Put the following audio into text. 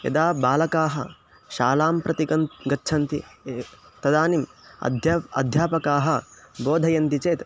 यदा बालकाः शालां प्रति गन् गच्छन्ति तदानीम् अध्याप् अध्यापकाः बोधयन्ति चेत्